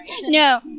No